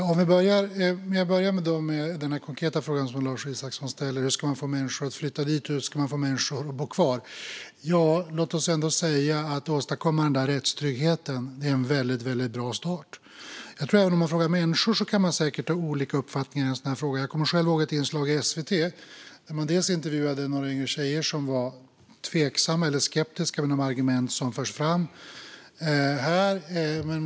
Fru talman! Jag börjar med den konkreta frågan som Lars Isacsson ställer om hur man ska få människor att flytta dit och hur man ska få människor att bo kvar. Låt mig ändå säga att det är en väldigt bra start att åstadkomma den där rättstryggheten. Människor kan säkert ha olika uppfattningar i frågan. Jag kommer själv ihåg ett inslag i SVT, där man intervjuade några yngre tjejer som var tveksamma eller skeptiska till de argument som förs fram för visitationszoner.